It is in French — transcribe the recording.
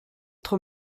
trop